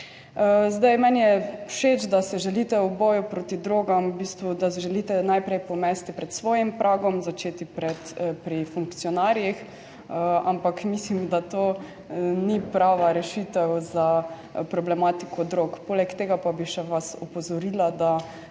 Zdaj, meni je všeč, da se želite v boju proti drogam v bistvu, da želite najprej pomesti pred svojim pragom, začeti pred, pri funkcionarjih, ampak mislim, da to ni prava rešitev za problematiko drog, poleg tega pa bi še vas opozorila, da